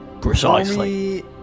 Precisely